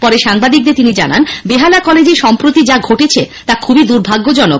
পরে সাংবাদিকদের তিনি জানান বেহালা কলেজে সম্প্রতি যা ঘটেছে তা খুবই দুর্ভাগ্যজনক